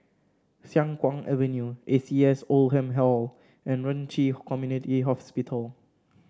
Siang Kuang Avenue A C S Oldham Hall and Ren Ci Community Hospital